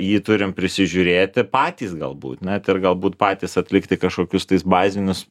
jį turim prisižiūrėti patys galbūt net ir galbūt patys atlikti kažkokius tais bazinius